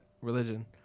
religion